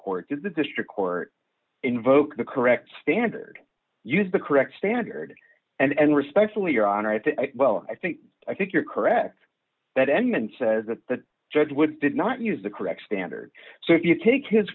court does the district court invoke the correct standard use the correct standard and respectfully your honor i think well i think i think you're correct that anyone says that the judge would did not use the correct standard so if you take